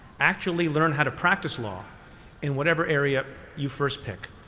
actually learn how to practice law in whatever area you first pick.